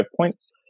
points